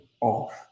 off